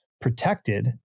protected